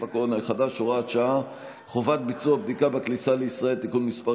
הקורונה החדש (הוראת שעה) (חובת ביצוע בדיקה בכניסה לישראל) (תיקון מס'